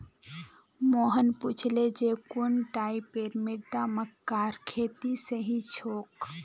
मोहन पूछले जे कुन टाइपेर मृदा मक्कार खेतीर सही छोक?